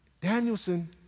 Danielson